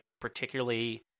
particularly